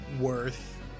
worth